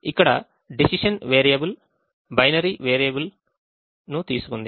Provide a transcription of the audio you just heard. ఇక్కడ decision variable binary విలువను తీసుకుంది